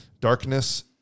Darkness